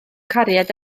cariad